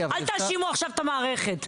אל תאשימו עכשיו את המערכת.